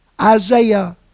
Isaiah